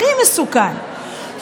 הכי מסוכן,